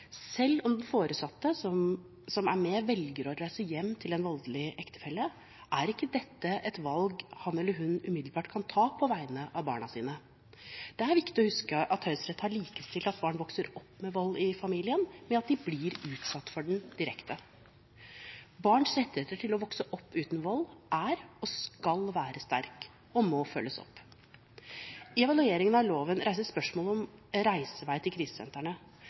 Selv om den foresatte som er med, velger å reise hjem til en voldelig ektefelle, er ikke dette et valg han eller hun umiddelbart kan ta på vegne av barna sine. Det er viktig å huske at Høyesterett har likestilt det at barn vokser opp med vold i familien, med at de blir utsatt for volden direkte. Barns rettighet til å vokse opp uten vold er og skal være sterk og må følges opp. I evalueringen av loven reises spørsmålet om reisevei til